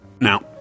Now